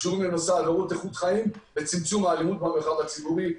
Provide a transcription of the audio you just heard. שקשורים לנושא עבירות איכות חיים וצמצום האלימות במרחב הציבורי,